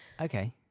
Okay